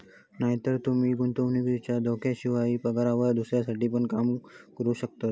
नायतर तूमी गुंतवणुकीच्या धोक्याशिवाय, पगारावर दुसऱ्यांसाठी पण काम करू शकतास